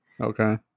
okay